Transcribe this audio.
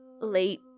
late